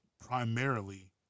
primarily